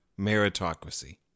meritocracy